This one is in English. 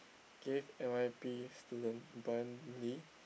gave N_Y_P student Bryan-Lee